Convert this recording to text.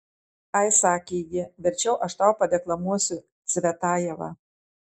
ai sakė ji verčiau aš tau padeklamuosiu cvetajevą